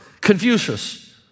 Confucius